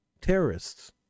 terrorists